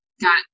Got